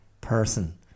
person